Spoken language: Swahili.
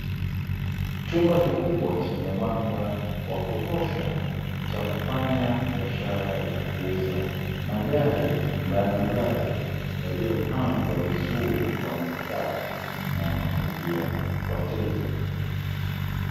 Chumba kikubwa chenye mwanga wa kutosha, cha kufanya biashara ya kuuza magari mbalimbali yaliyopangwa vizuri kwa mstari na yanavutia wateja